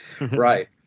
Right